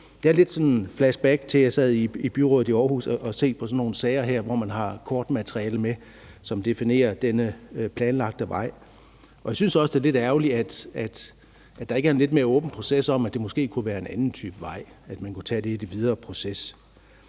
lidt sådan flashback til, dengang jeg sad i byrådet i Aarhus, at skulle se på sådan nogle sager, hvor der er kortmateriale med, som definerer denne planlagte vej. Jeg synes også, det er lidt ærgerligt, at der ikke er en lidt mere åben proces om, at det måske kunne være en anden type vej, altså at man kunne tage det med i den videre proces.